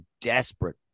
desperate